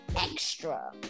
extra